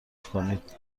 کنید